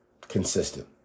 consistent